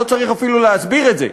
לא צריך אפילו להסביר את זה.